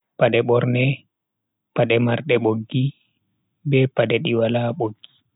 Pade borne, pade mardi boggi be pade di wala boggi.